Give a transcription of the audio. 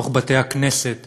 בתוך בתי-הכנסת